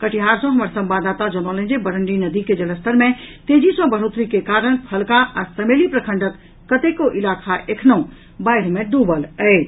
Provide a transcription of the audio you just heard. कटिहार सॅ हमर संवाददाता जनौलनि जे बरंडी नदी के जलस्तर मे तेजी सॅ बढ़ोतरी के कारण फलका आ समेली प्रखंडक कतेको इलाका एखनहुॅ बाढ़ि मे डूबल अछि